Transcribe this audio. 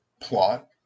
plot